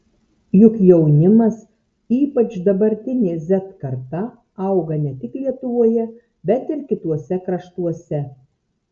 juk jaunimas ypač dabartinė z karta auga ne tik lietuvoje bet ir kituose kraštuose